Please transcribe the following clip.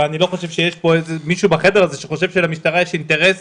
ואני לא חושב שיש מישהו בחדר הזה שחושב שלמשטרה יש אינטרס